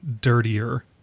dirtier